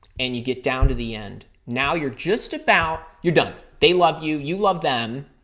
and you get down to the end. now you're just about, you're done. they love you. you love them.